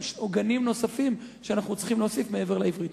הם עוגנים שאנחנו צריכים להוסיף לעברית.